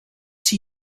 zie